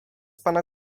pana